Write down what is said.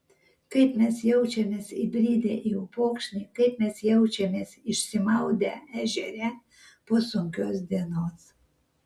kaip mes jaučiamės įbridę į upokšnį kaip mes jaučiamės išsimaudę ežere po sunkios dienos